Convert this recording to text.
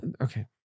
Okay